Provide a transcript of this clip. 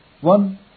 One